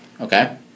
Okay